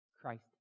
Christ